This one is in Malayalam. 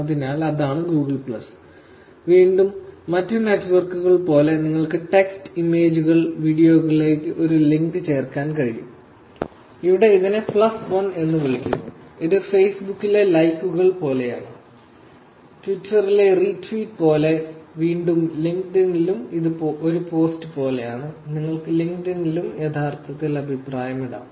അതിനാൽ അതാണ് Google പ്ലസ് വീണ്ടും മറ്റ് നെറ്റ്വർക്കുകൾ പോലെ നിങ്ങൾക്ക് ടെക്സ്റ്റ് ഇമേജുകൾ വീഡിയോയിലേക്ക് ഒരു ലിങ്ക് ചേർക്കാൻ കഴിയും ഇവിടെ ഇതിനെ 1 എന്ന് വിളിക്കുന്നു ഇത് ഫേസ്ബുക്കിലെ ലൈക്കുകൾ പോലെയാണ് ട്വിറ്ററിലെ റീട്വീറ്റ് പോലെ വീണ്ടും ലിങ്ക്ഡ്ഇനിലും ഇത് ഒരു പോസ്റ്റ് പോലെയാണ് നിങ്ങൾക്ക് ലിങ്ക്ഡ്ഇനിലും യഥാർത്ഥത്തിൽ അഭിപ്രായമിടാം